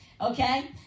okay